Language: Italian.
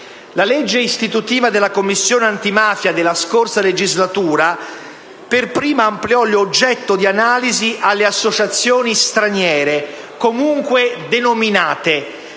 La legge istitutiva della Commissione antimafia della scorsa legislatura per prima ampliò l'oggetto di analisi alle associazioni straniere, comunque denominate,